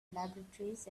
laboratories